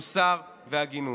מוסר והגינות.